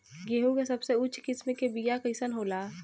गेहूँ के सबसे उच्च किस्म के बीया कैसन होला?